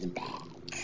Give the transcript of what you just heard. back